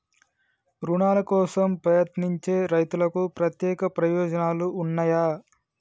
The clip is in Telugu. రుణాల కోసం ప్రయత్నించే రైతులకు ప్రత్యేక ప్రయోజనాలు ఉన్నయా?